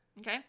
Okay